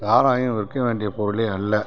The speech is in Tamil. சாராயம் விற்க வேண்டிய பொருளே அல்ல